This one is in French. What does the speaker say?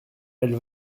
elle